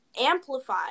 amplify